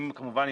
כמובן,